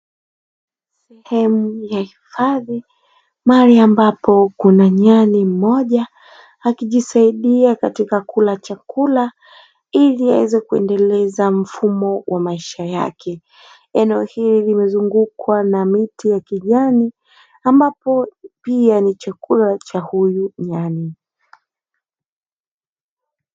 Sehemu ya hifadhi mahali ambapo kuna nyani mmoja akijisaidia katika kula chakula ili aweze kuendeleza mfumo wa maisha yake. Eneo hili limezungukwa na miti ya kijani ambapo pia ni chakula cha huyu nyani.